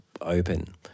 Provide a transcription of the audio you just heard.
open